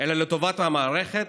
אלא לטובת המערכת,